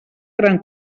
gran